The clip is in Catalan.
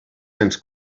cents